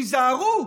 היזהרו,